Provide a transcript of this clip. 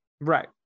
Right